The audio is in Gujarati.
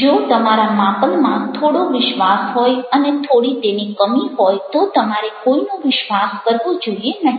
જો તમારા માપનમાં થોડો વિશ્વાસ હોય અને થોડી તેની કમી હોય તો તમારે કોઈનો વિશ્વાસ કરવો જોઈએ નહિ